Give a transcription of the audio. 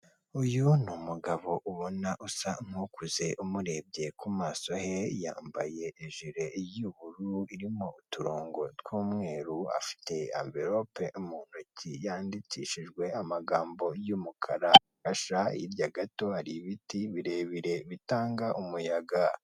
Uyu ni umugabo ubona usa nk'ukuze umurebye ku maso he yambaye hejuru y'ubururu irimo uturongo tw'umweru afite amvelope mu ntoki yandikishijwe amagambo y'umukarasha hirya gato hari ibiti birebire bitanga umuyaga.